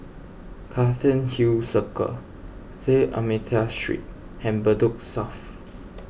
Cairnhill Circle D'Almeida Street and Bedok South